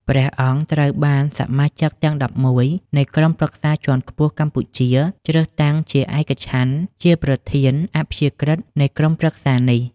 ព្រះអង្គត្រូវបាន សមាជិកទំាង១១ នៃក្រុមប្រឹក្សាជាន់ខ្ពស់កម្ពុជា ជ្រើសតាំងជាឯកច្ឆន្ទជាព្រះប្រធាន អព្យាក្រឹត នៃក្រុមប្រឹក្សានេះ។